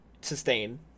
sustain